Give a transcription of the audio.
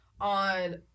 on